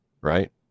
right